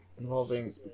involving